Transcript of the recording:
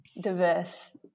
diverse